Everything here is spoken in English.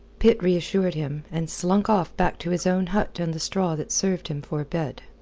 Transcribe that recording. pitt reassured him, and slunk off back to his own hut and the straw that served him for a bed.